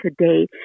today